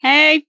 Hey